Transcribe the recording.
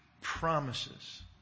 promises